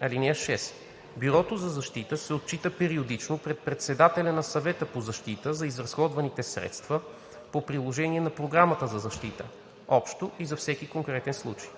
(6) Бюрото по защита се отчита периодично пред председателя на Съвета по защита за изразходваните средства по приложение на Програмата за защита – общо и за всеки конкретен случай.